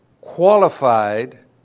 qualified